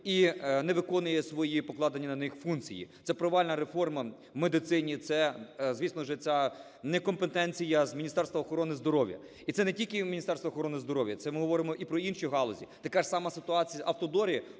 і не виконує свої, покладені на них функції. Це провальна реформа в медицині, це, звісно ж, ця некомпетенція Міністерства охорони здоров'я. І це не тільки в Міністерстві охорони здоров'я, це ми говоримо і про інші галузі. Така ж сама ситуація в автодорі